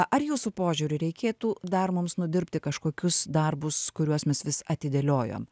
ar jūsų požiūriu reikėtų dar mums nudirbti kažkokius darbus kuriuos mes vis atidėliojom